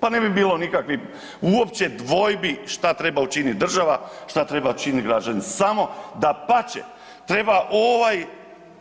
Pa ne bi bilo nikakvih uopće dvojbi šta treba učinit država, šta trebaju činit građani, samo dapače treba